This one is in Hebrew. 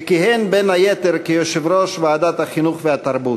וכיהן בין היתר כיושב-ראש ועדת החינוך והתרבות.